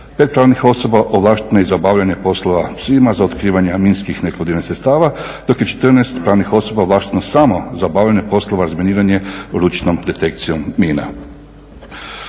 5 pravnih osoba ovlašteno je za obavljanje poslova psima za otkrivanje minskih neeksplodiranih sredstava dok je 14 pravnih osoba ovlašteno samo za obavljanje poslova razminiranja ručnom detekcijom mina.